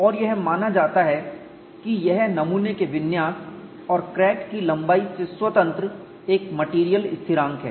और यह माना जाता है कि यह नमूना के विन्यास और क्रैक की लंबाई से स्वतंत्र एक मेटेरियल स्थिरांक है